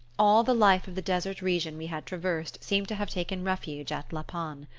all the life of the desert region we had traversed seemed to have taken refuge at la panne.